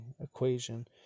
equation